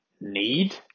need